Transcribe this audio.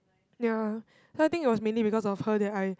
ya so I think it was mainly because of her that I